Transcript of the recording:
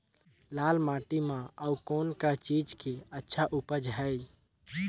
लाल माटी म अउ कौन का चीज के अच्छा उपज है?